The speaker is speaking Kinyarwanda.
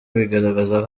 bigaragaza